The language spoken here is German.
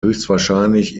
höchstwahrscheinlich